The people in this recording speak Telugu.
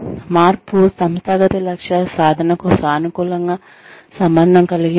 మార్పు సంస్థాగత లక్ష్యాల సాధనకు సానుకూలంగా సంబంధం కలిగి ఉందా